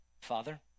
Father